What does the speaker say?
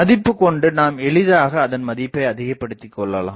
மதிப்புக் கொண்டு நாம் எளிதாக அதன் மதிப்பை அதிகப் படுத்திக் கொள்ளலாம்